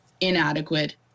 inadequate